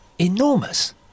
enormous